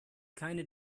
keine